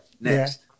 next